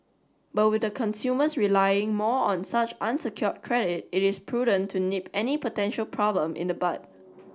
but with consumers relying more on such unsecured credit it is prudent to nip any potential problem in the bud